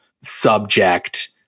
subject